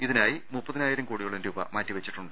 ഇതിനായി മുപ്പതിനായിരം കോടിയോളം രൂപ മാറ്റിവെക്കും